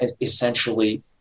essentially